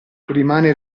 rimane